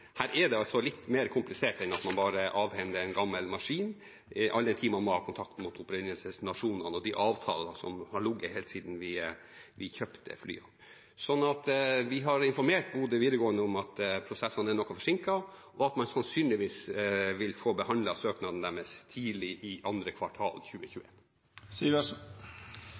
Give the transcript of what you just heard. det er altså litt mer komplisert enn at man bare avhender en gammel maskin, all den tid man må ha kontakt med opprinnelsesnasjonene på grunn av de avtalene som har ligget helt siden vi kjøpte flyene. Vi har informert Bodø videregående om at prosessen er noe forsinket, og at man sannsynligvis vil få behandlet søknaden deres tidlig i andre kvartal